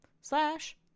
slash